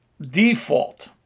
default